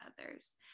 others